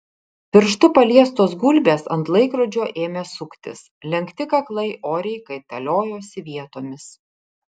pirštu paliestos gulbės ant laikrodžio ėmė suktis lenkti kaklai oriai kaitaliojosi vietomis